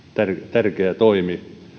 tärkeä toimi